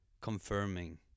confirming